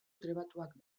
trebatuak